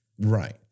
Right